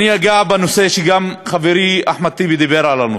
אני אגע בנושא שגם חברי אחמד טיבי דיבר עליו,